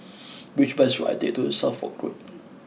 which bus should I take to Suffolk Road